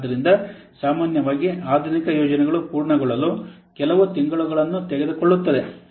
ಆದ್ದರಿಂದ ಸಾಮಾನ್ಯವಾಗಿ ಆಧುನಿಕ ಯೋಜನೆಗಳು ಪೂರ್ಣಗೊಳ್ಳಲು ಕೆಲವು ತಿಂಗಳುಗಳನ್ನು ತೆಗೆದುಕೊಳ್ಳುತ್ತದೆ